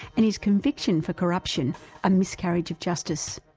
and his conviction for corruption a miscarriage of justice.